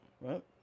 Right